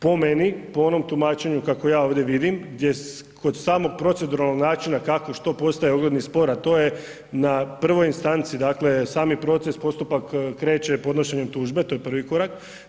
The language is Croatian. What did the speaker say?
Po meni, po onom tumačenju kako ja ovdje vidim gdje kod samog proceduralnog načina, kako, što postaje ogledni spor, a to je, na prvoj instanci, dakle sami proces, postupak kreće podnošenjem tužbe, to je prvi korak.